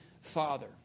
Father